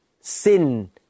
sin